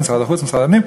משרד הפנים,